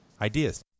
ideas